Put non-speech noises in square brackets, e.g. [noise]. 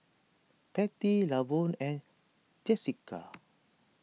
Pattie Lavon and Jessika [noise]